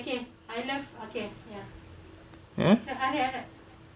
ya